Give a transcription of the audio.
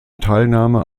teilnahme